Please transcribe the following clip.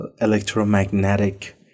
electromagnetic